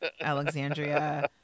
Alexandria